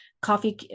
coffee